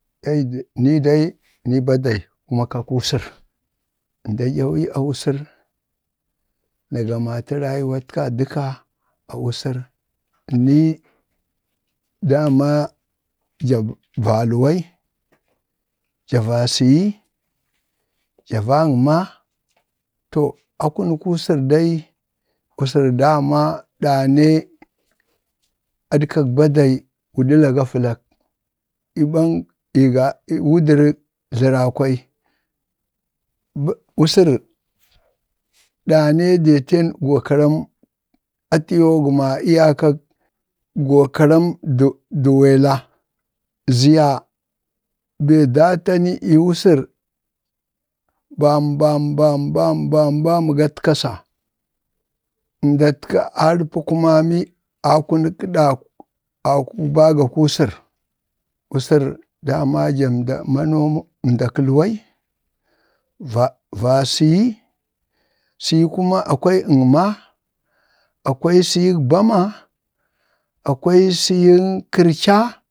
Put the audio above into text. ai dai ii badai kuma ka. wusar, mda ɗyamiyu a wusar na gamatə rawutka dəkka a wusar nii dama jav, ja valwal, ja va siyi ja vaggama, to akunək kwarər dai dama ɗane aɗkak bajal wudjla ga vəlak ibag igan dujaraŋ tləra kwai ba wusər ɗaa nee deten gokaram atiyoo gəma iyakaŋ gokoman dək wela ziya bee daa tai ni wusər bam bam bam bam bam bgatkasa. ‘mda dtkə ari pukumami a da, akuk bagak kwasər wusər dama jamda jamdak kalwaiva siyi, kuma akwai siyin kərca,